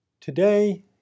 Today